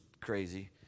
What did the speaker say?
crazy